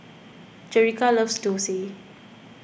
Jerica loves Dosa